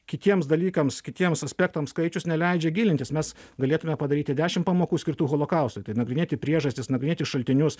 kitiems dalykams kitiems aspektams skaičius neleidžia gilintis mes galėtume padaryti dešim pamokų skirtų holokaustui tai nagrinėti priežastis nagrinėti šaltinius